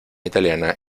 italiana